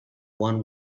one